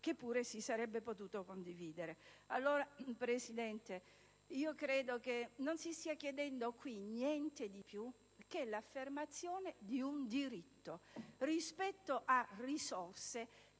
che pure si sarebbe potuto condividere. Allora, Presidente, credo che non si stia chiedendo niente di più che l'affermazione di un diritto, rispetto a risorse